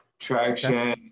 Traction